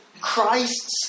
Christ's